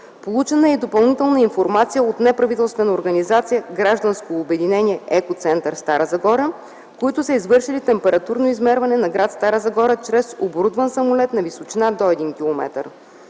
Получена е допълнителна информация от неправителствената организация „Гражданско обединение – Екоцентър”, Стара Загора, които са извършили температурни измервания на гр. Стара Загора чрез оборудван самолет на височина до 1 км.